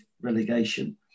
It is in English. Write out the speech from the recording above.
relegation